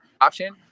option